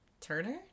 turner